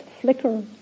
flicker